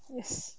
yes